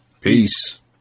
Peace